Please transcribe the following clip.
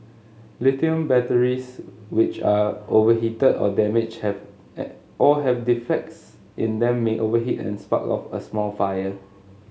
lithium batteries which are overheated or damaged have at or have defects in them may overheat and spark off a small fire